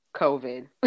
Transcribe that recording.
COVID